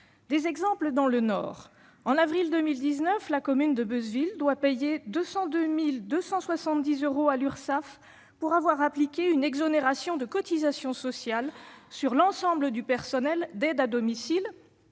des exemples dans le Nord. En avril 2019, la commune de Beuzeville a dû payer 202 270 euros à l'Urssaf pour avoir appliqué une exonération de cotisations sociales à l'ensemble du personnel d'aide à domicile